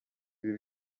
ibi